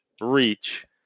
reach